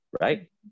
right